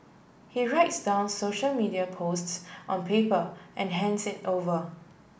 he writes down social media posts on people and hands it over